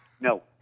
No